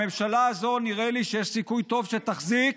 הממשלה הזו, נראה לי שיש סיכוי טוב שתחזיק,